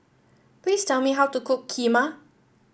please tell me how to cook Kheema